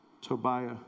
Tobiah